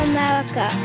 America